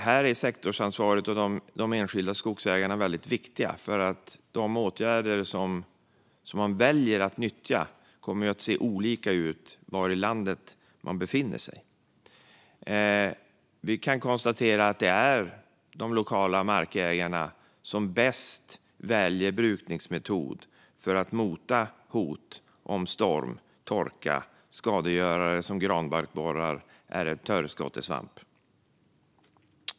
Här är sektorsansvaret och de enskilda skogsägarna väldigt viktiga eftersom de åtgärder man väljer att vidta kommer att se olika ut beroende på var i landet man befinner sig. Vi kan konstatera att det är de lokala markägarna som bäst kan välja brukningsmetod för att mota bort hot om storm, torka, skadegörare som granbarkborrar eller törskatesvamp.